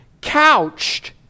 couched